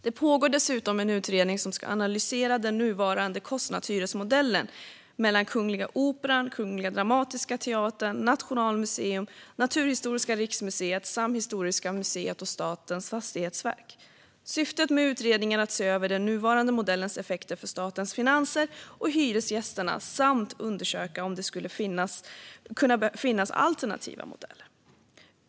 Det pågår dessutom en utredning som ska analysera den nuvarande kostnadshyresmodellen mellan Kungliga Operan, Kungliga Dramatiska teatern, Nationalmuseum, Naturhistoriska riksmuseet samt Historiska museet och Statens fastighetsverk. Syftet med utredningen är att se över den nuvarande modellens effekter för statens finanser och hyresgästerna samt att undersöka om det skulle kunna finnas alternativa modeller.